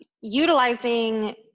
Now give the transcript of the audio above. utilizing